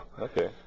Okay